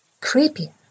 Creepy